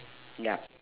ya